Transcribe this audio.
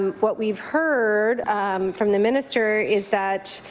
what we've heard from the minister is that